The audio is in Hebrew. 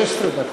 מספיק.